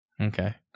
Okay